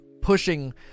pushing